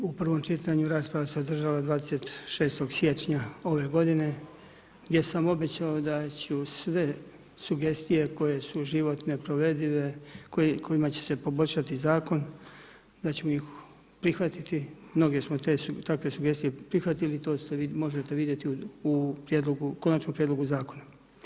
U prvom čitanju rasprava se održala 26. sjećanja ove godine, gdje sam obećao, da ću sve sugestije, koje su životne, provedive, kojima će se poboljšati zakon, da ćemo ih prihvatiti, mnoge smo takve sugestije prihvatili, to možete vidjeti u konačnom prijedlogu zakona.